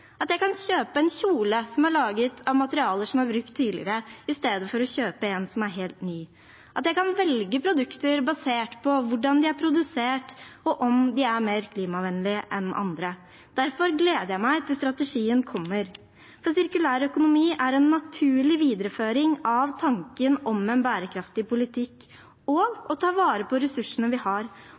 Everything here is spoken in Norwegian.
at jeg kan kjøpe en kjole som er laget av materialer som er brukt tidligere, i stedet for å kjøpe en som er helt ny, og at jeg kan velge produkter basert på hvordan de er produsert, og om de er mer klimavennlige enn andre. Derfor gleder jeg meg til strategien kommer. Sirkulær økonomi er en naturlig videreføring av tanken om en bærekraftig politikk og å ta vare på ressursene vi har.